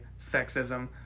sexism